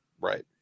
Right